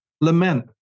lament